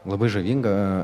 labai žavinga